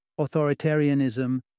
authoritarianism